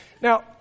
Now